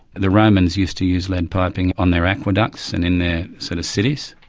the romans used to use lead piping on their aqueducts and in their sort of cities.